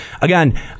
Again